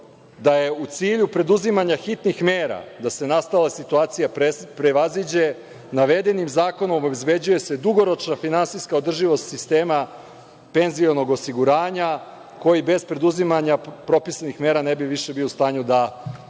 da je u cilju preduzimanja hitnih mera da se nastala situacija prevaziđe, navedenim zakonom obezbeđuje se dugoročna finansijska održivost sistema penzionog osiguranja koji bez preduzimanja propisanih mera ne bi više bio u stanju da isplaćuje